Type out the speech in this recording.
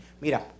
Mira